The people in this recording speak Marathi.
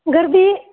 गर्दी